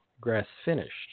grass-finished